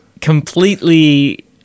completely